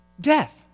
Death